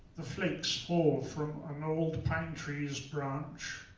the flakes fall from an old pine tree's branch,